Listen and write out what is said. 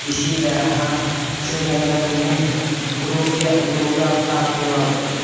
اسی طرح سے جنگل میں غروب کے غروب آفتاب کے وقت